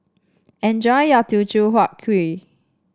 enjoy your Teochew Huat Kuih